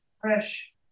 fresh